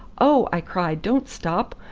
oh! i cried, don't stop.